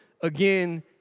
again